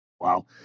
Wow